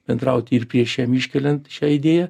bendrauti ir prieš jam iškeliant šią idėją